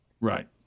Right